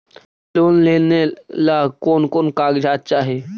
Loan लेने ला कोन कोन कागजात चाही?